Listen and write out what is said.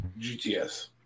GTS